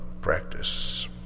practice